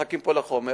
מחכים פה לחומר.